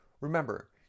Remember